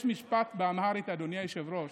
יש משפט באמהרית, אדוני היושב-ראש,